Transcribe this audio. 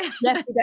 Yes